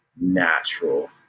natural